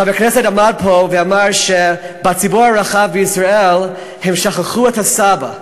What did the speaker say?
חבר כנסת עלה פה ואמר שבציבור הרחב בישראל הם שכחו את הסבא.